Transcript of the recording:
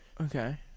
Okay